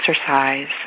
exercise